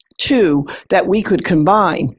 two that we could combine.